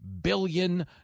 billion